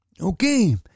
Okay